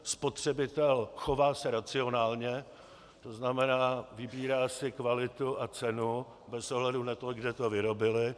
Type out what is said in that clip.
Spotřebitel se chová racionálně, to znamená vybírá si kvalitu a cenu bez ohledu na to, kde to vyrobili.